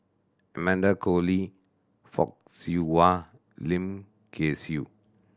Amanda Koe Lee Fock Siew Wah Lim Kay Siu